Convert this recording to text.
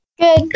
Good